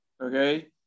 Okay